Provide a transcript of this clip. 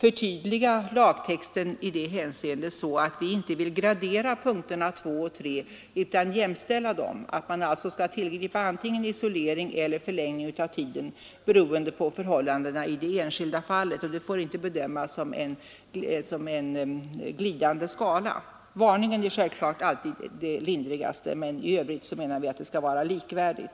förtydliga lagtexten i det hänseendet så, att vi inte vill gradera punkterna 2 och 3 utan jämställa dem, dvs. att antingen isolering eller förlängning av tiden skall tillgripas, beroende på förhållandena i det enskilda fallet, och att punkterna inte får bedömas som en glidande skala. Varning är däremot givetvis alltid den lindrigaste bestraffningen, men de båda andra punkterna bör vara likvärdiga.